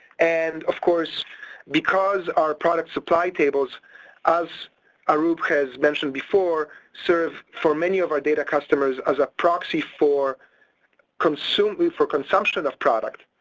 and of course because our product supply tables as arup has mentioned before serve for many of our data customers as a proxy for consum-for consumption of product